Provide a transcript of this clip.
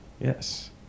Yes